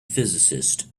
physicist